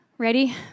Ready